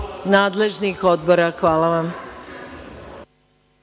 nadležnih odbora. Hvala vam.